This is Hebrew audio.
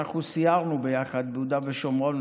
אנחנו סיירנו ביחד ביהודה ושומרון.